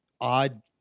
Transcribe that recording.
odd